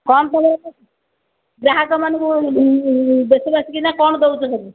କ'ଣ ଗ୍ରାହକମାନଙ୍କୁ କ'ଣ ଦେଉଛ ସବୁ